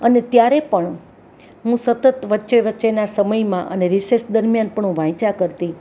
અને ત્યારે પણ હું હું સતત વચ્ચે વચ્ચેના સમયમાં અને રિસેસ દરમ્યાન પણ હું વાંચ્યા કરતી